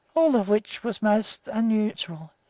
all of which was most unusual,